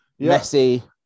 Messi